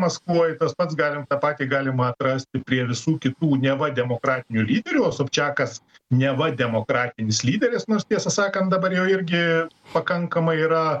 maskvoj tas pats galim tą patį galime atrasti prie visų kitų neva demokratinių lyderių o sobčiakas neva demokratinis lyderis nors tiesą sakant dabar jau irgi pakankamai yra